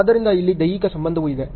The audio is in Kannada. ಆದ್ದರಿಂದ ಇಲ್ಲಿ ದೈಹಿಕ ಸಂಬಂಧವೂ ಇದೆ